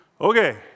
Okay